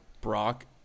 Brock